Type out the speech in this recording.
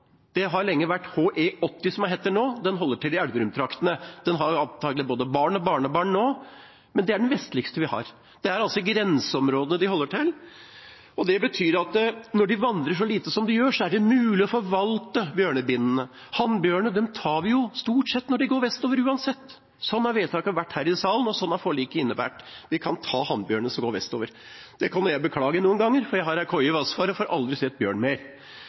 holder til i Elverum-traktene. Den har antakelig nå både barn og barnebarn, men det er den vestligste vi har. Det er altså i grenseområdet de holder til. Det betyr at når de vandrer så lite som de gjør, er det mulig å forvalte bjørnebinnene. Hannbjørnene tar vi stort sett når de går vestover, uansett. Sånn har vedtakene vært her i salen, og det er det forliket har innebåret. Vi kan ta hannbjørnene som går vestover. Det kan jo jeg beklage noen ganger, for jeg har ei koie i Vassfaret og får aldri sett bjørn mer